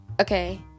okay